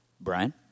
Brian